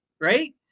right